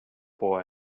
boy